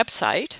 website